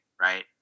right